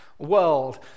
World